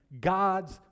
God's